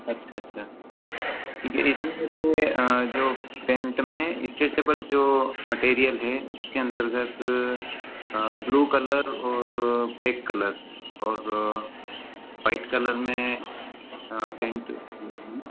अच्छा अच्छा ठीक है इसमें से जो पैंट में इस्ट्रेचेबल जो मटेरियल है उसके अंतर्गत ब्लू कलर और ब्लैक कलर और व्हाइट कलर में पैंट खरीदना